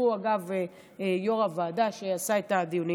הוא אגב יו"ר הוועדה שעשה את הדיונים